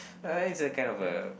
uh it's a kind of a